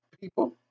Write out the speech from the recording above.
people